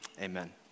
amen